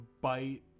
bite